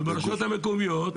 וברשויות המקומיות,